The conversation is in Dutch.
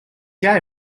jij